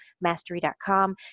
mastery.com